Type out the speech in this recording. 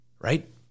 right